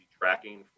tracking